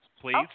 please